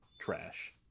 trash